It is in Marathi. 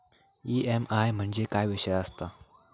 ई.एम.आय म्हणजे काय विषय आसता?